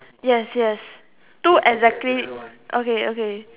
yes yes two exactly okay okay